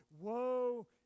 Woe